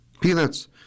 Peanuts